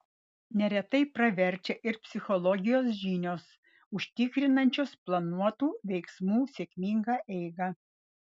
neretai praverčia ir psichologijos žinios užtikrinančios planuotų veiksmų sėkmingą eigą